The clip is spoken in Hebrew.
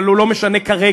אבל הוא לא משנה כרגע.